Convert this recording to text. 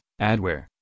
adware